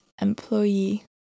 Employee